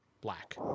black